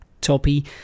toppy